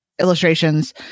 illustrations